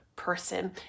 person